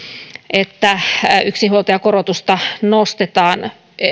että yksinhuoltajakorotusta nostetaan